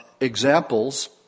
examples